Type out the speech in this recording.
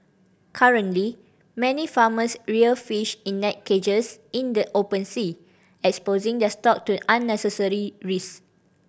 currently many farmers rear fish in net cages in the open sea exposing their stock to unnecessary risk